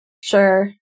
sure